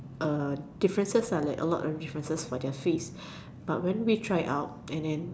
a differences lah like a lot differences for their fees but when we try out and then